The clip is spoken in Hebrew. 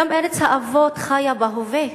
גם ארץ האבות חיה בהווה,